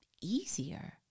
easier